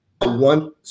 one